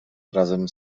razem